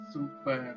Super